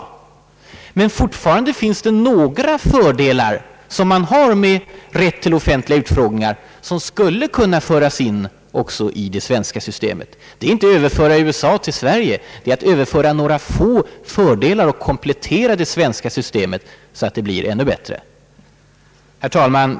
Fortfarande finns det emellertid några fördelar i offentliga utfrågningar som skulle kunna föras in också i det svenska parlamentariska systemet. Det är verkligen inte att överföra USA till Sverige. Det är att komplettera det svenska systemet så att det blir ännu bättre.